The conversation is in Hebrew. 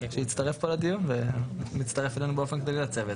שהצטרף פה לדיון ומצטרף אלינו באופן כללי לצוות,